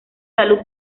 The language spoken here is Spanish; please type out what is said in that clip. salud